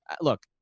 look